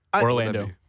Orlando